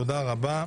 תודה רבה.